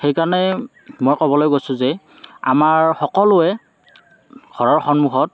সেইকাৰণে মই ক'বলৈ গৈছোঁ যে আমাৰ সকলোৱে ঘৰৰ সন্মুখত